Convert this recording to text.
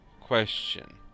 question